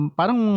parang